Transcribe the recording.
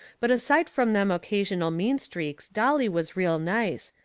but aside from them occasional mean streaks dolly was real nice,